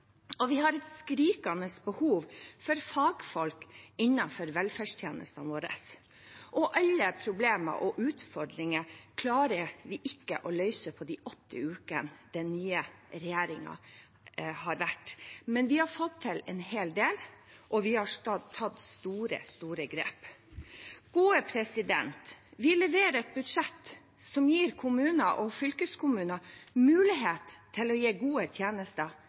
og vi har et skrikende behov for fagfolk innenfor velferdstjenestene våre. Alle problemer og utfordringer klarer vi ikke å løse på de åtte ukene den nye regjeringen har hatt, men vi har fått til en hel del, og vi har tatt store, store grep. Vi leverer et budsjett som gir kommuner og fylkeskommuner mulighet til å gi gode tjenester